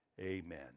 Amen